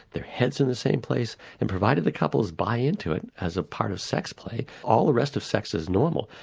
their heads are in the same place, and provided the couples buy into it as a part of sex play, all the rest of sex is normal.